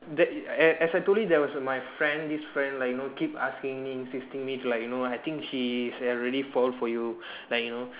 that as as I told you there was my friend this friend like you know keep asking me insisting me to like you know I think she is already fall for you like you know